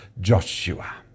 Joshua